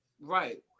Right